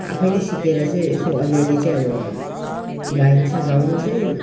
आफैले सिकेर चाहिँ यसो अलिअलि चाहिँ अब गाइन्छ गाउनु चाहिँ